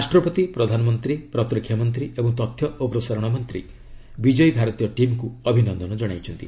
ରାଷ୍ଟ୍ରପତି ପ୍ରଧାନମନ୍ତ୍ରୀ ପ୍ରତୀରକ୍ଷା ମନ୍ତ୍ରୀ ଏବଂ ତଥ୍ୟ ଓ ପ୍ରସାରଣ ମନ୍ତ୍ରୀ ବିଜୟୀ ଭାରତୀୟ ଟିମ୍କୁ ଅଭିନନ୍ଦନ ଜଣାଇଛନ୍ତି